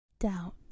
doubt